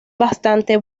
bastante